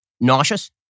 nauseous